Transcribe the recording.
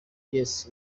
yes